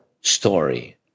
story